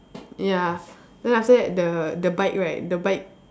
ya then after that the the bike right the bike